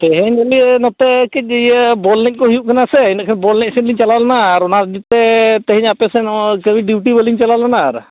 ᱛᱮᱦᱮᱧ ᱫᱚᱞᱤᱧ ᱱᱚᱛᱮ ᱠᱟᱹᱡ ᱤᱭᱟᱹ ᱵᱚᱞ ᱮᱱᱮᱡ ᱠᱚ ᱦᱩᱭᱩᱜ ᱠᱟᱱᱟ ᱥᱮ ᱤᱱᱠᱷᱟᱱ ᱵᱚᱞ ᱮᱱᱮᱡ ᱥᱮᱫ ᱞᱤᱧ ᱪᱟᱞᱟᱣ ᱞᱮᱱᱟ ᱟᱨ ᱚᱱᱟ ᱤᱫᱤᱛᱮ ᱛᱮᱦᱮᱧ ᱟᱯᱮ ᱥᱮᱫ ᱦᱚᱸ ᱛᱮᱦᱮᱧ ᱰᱤᱭᱩᱴᱤ ᱵᱟᱹᱞᱤᱧ ᱪᱟᱞᱟᱣ ᱞᱮᱱᱟ ᱟᱨ